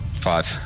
Five